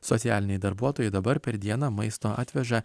socialiniai darbuotojai dabar per dieną maisto atveža